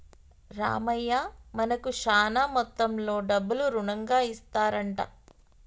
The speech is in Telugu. రామయ్య మనకు శాన మొత్తంలో డబ్బులు రుణంగా ఇస్తారంట